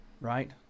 right